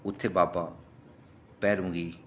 उत्थै बाबा भैरो गी